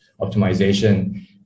optimization